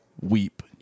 weep